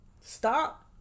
Stop